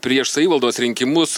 prieš savivaldos rinkimus